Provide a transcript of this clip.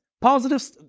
positive